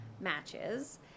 matches